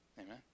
Amen